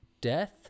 Death